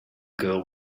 girl